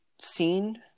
scene